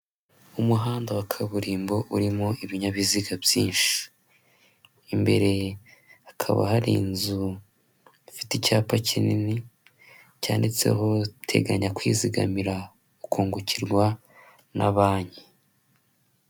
Umuhanda wa kaburimbo urimo ibinyabiziga byinshi imbere hakaba hari inzu ifite icyapa kinini cyanditseho teganya kwizigamira kungukirwa na banki.